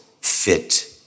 fit